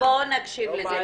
אז בואו נקשיב לזה.